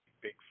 big